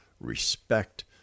respect